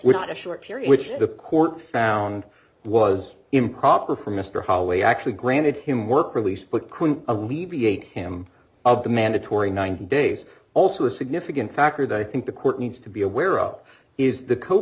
without a short period which the court found was improper for mr holloway actually granted him work release but couldn't alleviate him of the mandatory ninety days also a significant factor that i think the court needs to be aware of is the co